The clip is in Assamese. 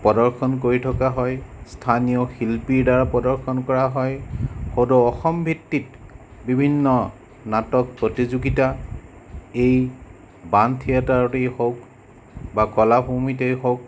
প্ৰদৰ্শন কৰি থকা হয় স্থানীয় শিল্পীৰ দ্বাৰা প্ৰদৰ্শন কৰা হয় সদৌ অসম ভিত্তিত বিভিন্ন নাটক প্ৰতিযোগিতা এই বাণ থিয়েটাৰতেই হওঁক বা কলাভূমিতেই হওঁক